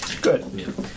Good